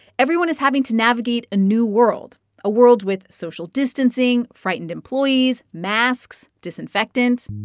everyone is having to navigate a new world a world with social distancing, frightened employees, masks, disinfectant.